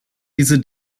diese